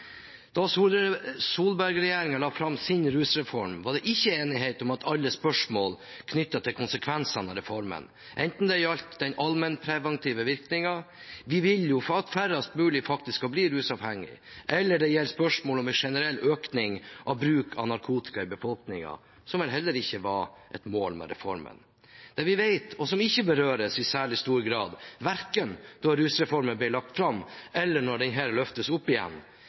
la fram sin rusreform var det ikke enighet om alle spørsmål knyttet til konsekvensene av reformen, enten det gjaldt den allmennpreventive virkningen – vi vil jo at færrest mulig faktisk skal bli rusavhengige – eller det gjelder spørsmål om en generell økning av bruk av narkotika i befolkningen, som vel heller ikke var et mål med reformen. Det vi vet, og som ikke berøres i særlig stor grad verken da rusreformen ble lagt fram, eller når denne løftes opp igjen,